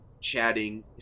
chatting